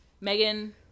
Megan